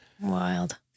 wild